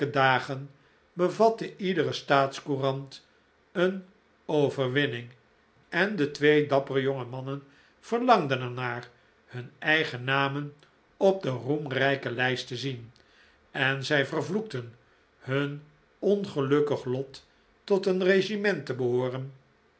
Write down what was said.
dagen bevatte iedere staatscourant een overwinning en de twee dappere jonge mannen verlangden er naar hun eigen namen op de roemrijke lijst te zien en zij vervloekten hun ongelukkig lot tot een regiment te behooren